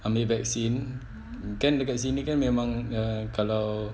ambil vaccine kan dekat sini kan memang err kalau